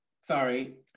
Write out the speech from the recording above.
Sorry